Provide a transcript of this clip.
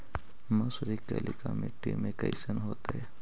मसुरी कलिका मट्टी में कईसन होतै?